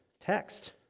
text